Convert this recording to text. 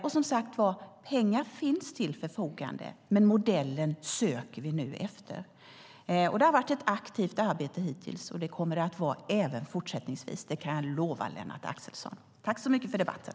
Det finns pengar till förfogande, och nu söker vi efter modellen. Det har hittills varit ett aktivt arbete, och det kommer det att fortsätta att vara. Det kan jag lova Lennart Axelsson. Tack så mycket för debatten!